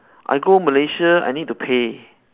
I go malaysia I need to pay